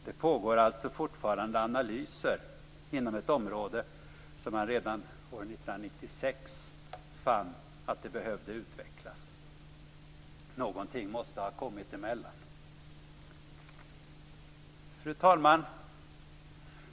Det pågår alltså fortfarande analyser inom ett område som man redan år 1996 fann behövde utvecklas. Någonting måste ha kommit emellan. Fru talman!